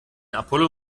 apollo